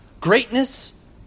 greatness